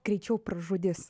greičiau pražudys